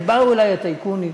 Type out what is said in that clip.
ובאו אלי הטייקונים,